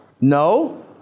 No